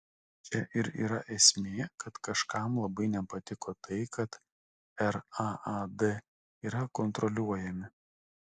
čia ir yra esmė kad kažkam labai nepatiko tai kad raad yra kontroliuojami